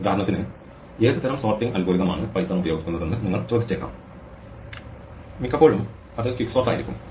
ഉദാഹരണത്തിന് ഏത് തരം സോർട്ടിങ് അൽഗോരിതം ആണ് പൈത്തൺ ഉപയോഗിക്കുന്നതെന്ന് നിങ്ങൾ ചോദിച്ചേക്കാം മിക്കപ്പോഴും അത് ക്വിക്ക്സോർട്ട് ആയിരിക്കും